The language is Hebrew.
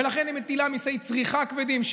ולכן היא מגדילה מיסי צריכה כבדים,